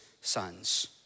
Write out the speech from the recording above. sons